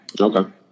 Okay